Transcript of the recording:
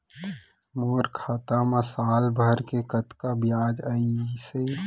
मोर खाता मा साल भर के कतका बियाज अइसे?